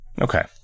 Okay